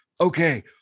okay